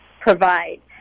provide